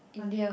India